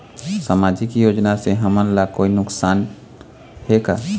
सामाजिक योजना से हमन ला कोई नुकसान हे का?